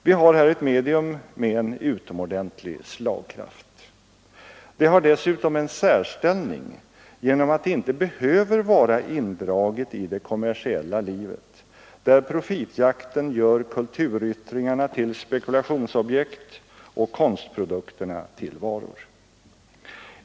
Vi har här ett medium med en utomordentlig slagkraft. Det har dessutom en särställning genom att det icke behöver vara indraget i det kommersiella livet, där profitjakten gör kulturyttringarna till spekulationsobjekt och konstprodukterna till varor.